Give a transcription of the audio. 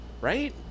right